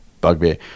bugbear